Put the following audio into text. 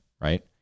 right